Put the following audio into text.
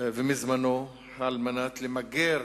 ומזמנו על מנת למגר